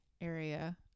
area